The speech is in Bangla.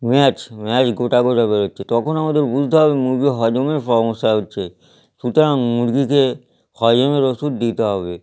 ম্যাচম্যাচ গোটা গোটা বেরোচ্ছে তখন আমাদের বুঝতে হবে মুরগির হজমে সমস্যা হচ্ছে সুতরাং মুরগিকে হজমের ওষুধ দিতে হবে